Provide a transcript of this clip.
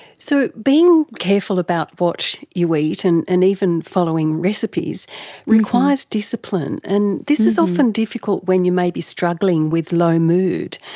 so being careful about what you eat and and even following recipes requires discipline, and this is often difficult when you may be struggling with low mood.